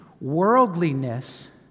Worldliness